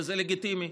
וזה לגיטימי.